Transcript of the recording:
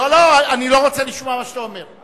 אני לא רוצה לשמוע מה שאתה אומר.